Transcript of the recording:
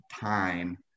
time